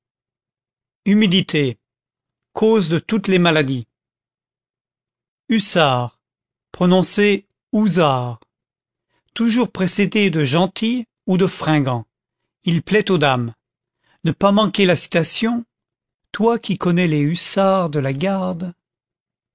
humidité cause de toute les maladies hussard prononcer houzard toujours précédé de gentil ou de fringant il plaît aux dames ne pas manquer la citation toi qui connais les hussards de la garde